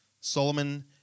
Solomon